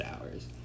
hours